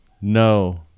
no